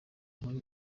muri